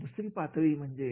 दुसरी पातळी म्हणजे